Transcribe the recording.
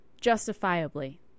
Justifiably